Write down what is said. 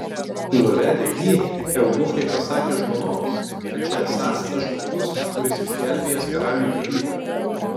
nuvedę jį eunuchai pasakė žmonoms kad čia esąs tas žmogus kuris išgelbėjęs karaliui gyvybę